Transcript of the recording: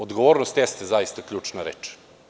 Odgovornost jeste zaista ključna reč.